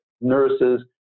nurses